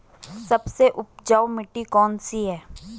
सबसे उपजाऊ मिट्टी कौन सी है?